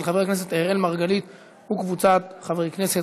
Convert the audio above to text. של חבר הכנסת אראל מרגלית וקבוצת חברי הכנסת.